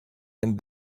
and